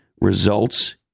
results